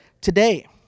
today